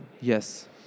Yes